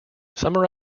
summer